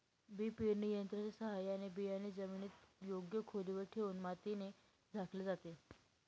बी पेरणी यंत्राच्या साहाय्याने बियाणे जमिनीत योग्य खोलीवर ठेवून मातीने झाकले जाते